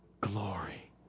glory